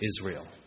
Israel